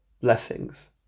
blessings